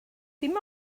dim